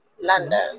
london